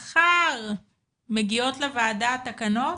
מגיעות לוועדה התקנות.